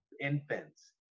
infants